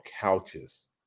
couches